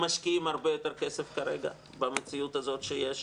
הם משקיעים הרבה יותר כסף כרגע במציאות הזאת שיש,